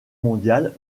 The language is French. mondiale